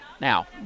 Now